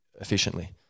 efficiently